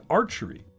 archery